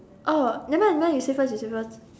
oh nevermind nevermind you say first you say first